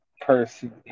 person